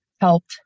helped